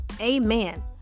Amen